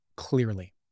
clearly